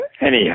Anyhow